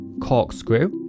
Corkscrew